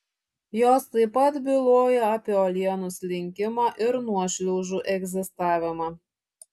jos taip pat byloja apie uolienų slinkimą ir nuošliaužų egzistavimą